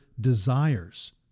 desires